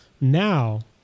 Now